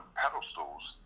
pedestals